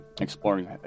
exploring